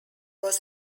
was